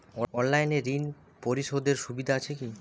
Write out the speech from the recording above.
অনলাইনে ঋণ পরিশধের সুবিধা আছে কি?